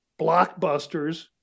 blockbusters